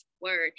word